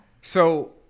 So-